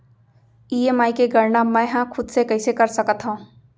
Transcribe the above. EMI के गड़ना मैं हा खुद से कइसे कर सकत हव?